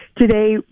today